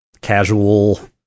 casual